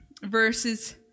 verses